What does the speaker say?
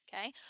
okay